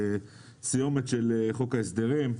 סיומת של חוק ההסדרים,